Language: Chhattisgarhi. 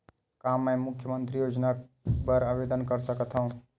का मैं मुख्यमंतरी योजना बर आवेदन कर सकथव?